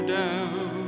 down